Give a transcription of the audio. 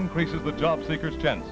increases the job seekers ten